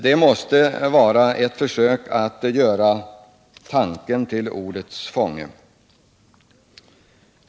Det måste vara ett försök att göra tanken till ordets fånge.